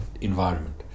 environment